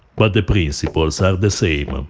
but the principles are the same.